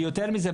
ויותר מזה,